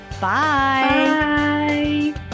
bye